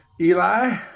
Eli